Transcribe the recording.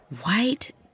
White